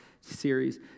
series